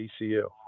ECU